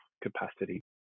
capacity